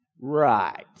Right